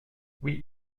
oui